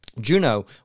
Juno